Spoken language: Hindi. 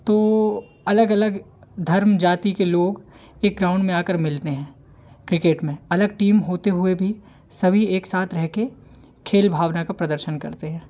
तो अलग अलग धर्म जाति के लोग एक ग्राउंड में आकर मिलते हैं क्रिकेट में अलग टीम होते हुए भी सभी एक साथ रहके खेल भावना का प्रदर्शन करते हैं